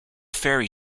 fairy